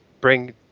bring